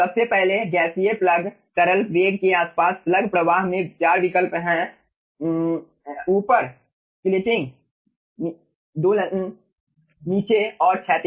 सबसे पहले गैसीय प्लग तरल वेग के आसपास स्लग प्रवाह में 4 विकल्प हैं ऊपर दोलन नीचे और क्षैतिज